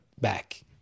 back